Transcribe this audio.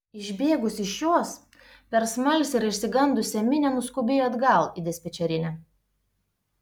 išbėgusi iš jos per smalsią ir išsigandusią minią nuskubėjo atgal į dispečerinę